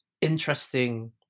interesting